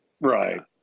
Right